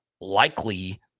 likely